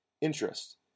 interest